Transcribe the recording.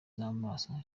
z’amaso